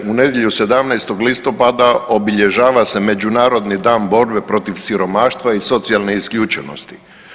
U nedjelju 17. listopada obilježava se Međunarodni dan borbe protiv siromaštva i socijalne isključenosti.